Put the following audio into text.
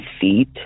feet